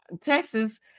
Texas